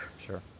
Sure